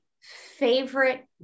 favorite